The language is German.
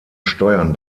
steuern